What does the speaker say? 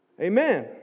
Amen